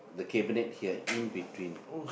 the cabinet here in between